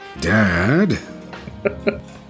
Dad